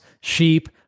sheep